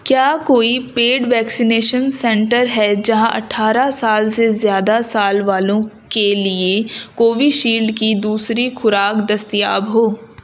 کیا کوئی paid vaccination centre ہے جہاں اٹھارہ سال سے زیادہ سال والوں کے لیے کووی شیلڈ کی دوسری خوراک دستیاب ہو